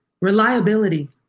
reliability